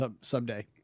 someday